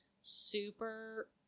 super